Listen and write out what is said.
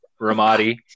Ramadi